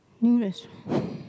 new restaurant